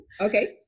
Okay